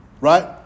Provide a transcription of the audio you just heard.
Right